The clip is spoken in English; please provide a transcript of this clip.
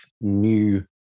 new